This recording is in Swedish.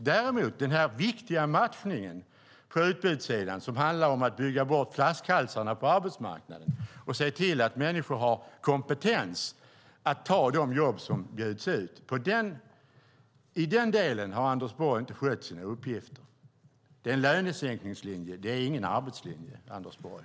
När det däremot gäller den viktiga matchningen på utbudssidan, som handlar om att bygga bort flaskhalsarna på arbetsmarknaden och se till att människor har kompetens att ta de jobb som bjuds ut, har Anders Borg inte skött sina uppgifter. Det är en lönesänkningslinje, ingen arbetslinje, Anders Borg.